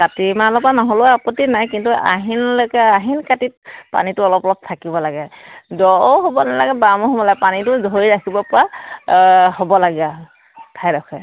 কাটি মাহৰ পৰা নহ'লেও আপত্তি নাই কিন্তু আহিনলৈকে আহিন কাটিত পানীটো অলপ অলপ থাকিব লাগে দ'ও হ'ব নালাগে বামো হ'ব নালাগে পানীটো ধৰি ৰাখিব পৰা হ'ব লাগে আৰু ঠাইডখৰে